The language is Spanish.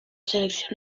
selección